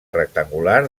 rectangular